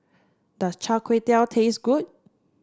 does Char Kway Teow taste good